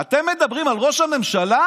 ואתם מדברים על ראש הממשלה?